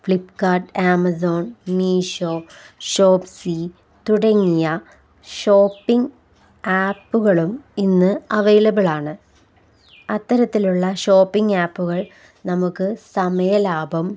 Flipkart Amazon Meesho Shopsy തുടങ്ങിയ shopping ആപ്പുകളും ഇന്ന് അവൈലബിളാണ് അത്തരത്തിലുള്ള ഷോപ്പിംഗ് ആപ്പുകൾ നമുക്കു സമയ ലാഭം